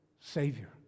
Savior